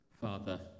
Father